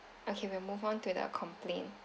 okay we'll move on to the complaint